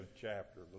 chapter